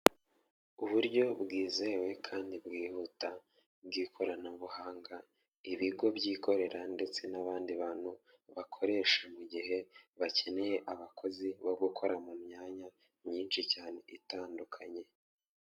Uburyo bwizewe kandi bwihuta bw'ikoranabuhanga ni ibigo byikorera ndetse n'abandi bantu bakoresha mu gihe bakeneye abakozi bo gukora mu myanya myinshi cyane itandukanye.